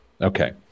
Okay